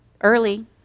early